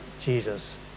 Jesus